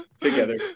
Together